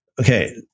Okay